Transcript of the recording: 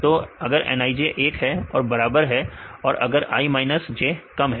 तो अगर nij 1 के बराबर है और अगर i माइनस j कम है